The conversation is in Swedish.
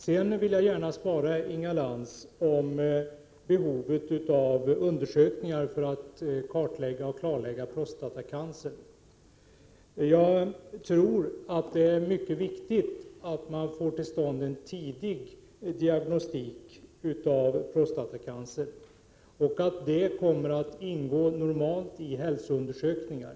Sedan vill jag gärna svara Inga Lantz när det gäller behovet av undersökningar för att kartlägga och klarlägga prostatacancer. Jag tror det är mycket viktigt att man får till stånd en tidig diagnostik av prostatacancer och att detta normalt kommer att ingå i hälsoundersökningar.